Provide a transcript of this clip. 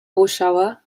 oshawa